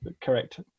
correct